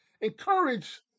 Encourage